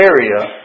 area